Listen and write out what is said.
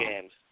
games